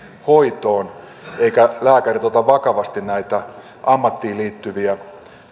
hoitoon eivätkä lääkärit ota vakavasti näitä ammattiin liittyviä